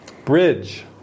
Bridge